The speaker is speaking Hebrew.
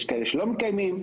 יש כאלה שלא מקיימים.